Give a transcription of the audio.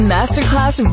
Masterclass